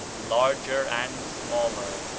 larger and smaller,